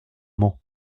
mans